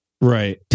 Right